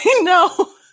No